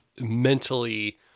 Mentally